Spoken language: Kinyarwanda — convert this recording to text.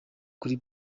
kuri